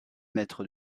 mètres